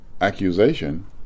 accusation